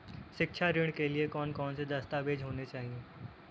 शिक्षा ऋण के लिए कौन कौन से दस्तावेज होने चाहिए?